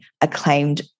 acclaimed